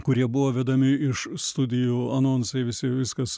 kurie buvo vedami iš studijų anonsai visi viskas